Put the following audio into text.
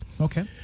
Okay